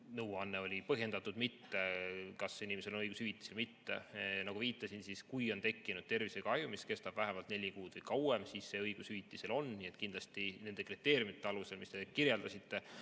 nõuanne oli põhjendatud või mitte, kas inimesel on õigus hüvitisele või mitte. Nagu viitasin, kui on tekkinud tervisekahju, mis kestab vähemalt neli kuud või kauem, siis on õigus hüvitisele. Kindlasti nende kriteeriumide alusel, mida te kirjeldasite,